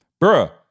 Bruh